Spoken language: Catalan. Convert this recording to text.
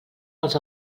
els